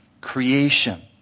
Creation